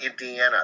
Indiana